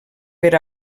per